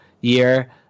year